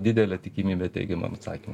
didelė tikimybė teigiamam atsakymui